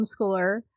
homeschooler